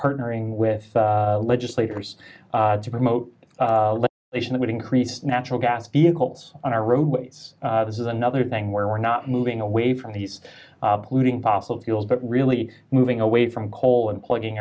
partnering with legislators to promote they should increase natural gas vehicles on our roadways this is another thing where we're not moving away from these polluting possible fuels but really moving away from coal and plugging